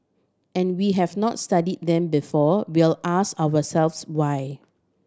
and we have not study them before we'll ask ourselves why